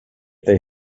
they